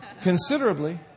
considerably